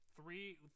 three